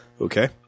okay